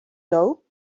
doe